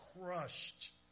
crushed